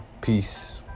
Peace